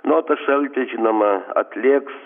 na o tas šaltis žinoma atlėgs